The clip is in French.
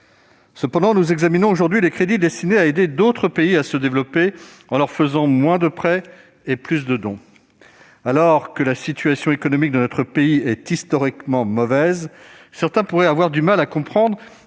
Cependant, nous examinons aujourd'hui les crédits destinés à aider d'autres pays à se développer, en leur faisant moins de prêts et plus de dons. Alors que la situation économique de notre pays est historiquement mauvaise, certains pourraient avoir du mal à comprendre